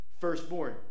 firstborn